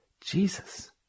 Jesus